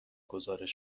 گزارش